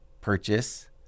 purchase